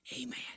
Amen